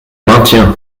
maintiens